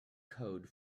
code